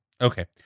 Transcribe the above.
Okay